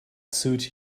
suit